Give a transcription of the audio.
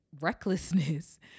recklessness